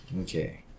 Okay